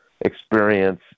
experience